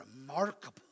remarkable